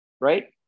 right